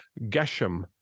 Geshem